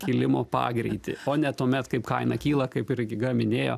kilimo pagreitį o ne tuomet kai kaina kyla kaip ir giga minėjo